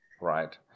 Right